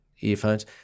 earphones